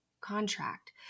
contract